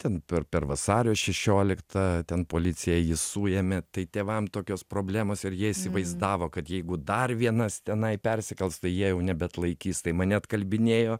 ten per per vasario šešioliktą ten policija jį suėmė tai tėvam tokios problemos ir jie įsivaizdavo kad jeigu dar vienas tenai persikels tai jie jau nebeatlaikys tai mane atkalbinėjo